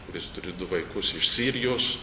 kuris turi du vaikus iš sirijos